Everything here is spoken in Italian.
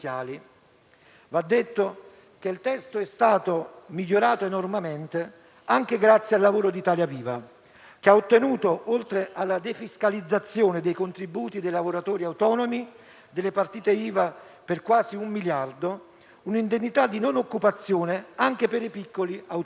Va detto che il testo è stato migliorato enormemente, anche grazie al lavoro di Italia Viva, che, oltre alla defiscalizzazione dei contributi dei lavoratori autonomi e delle partite IVA per quasi un miliardo, ha ottenuto un'indennità di non occupazione anche per i piccoli autonomi.